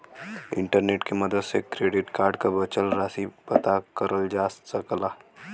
internet के मदद से क्रेडिट कार्ड क बचल राशि पता करल जा सकला